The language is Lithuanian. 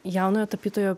jaunojo tapytojo